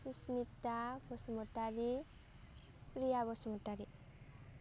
Susmita Basumatary Priya Basumatary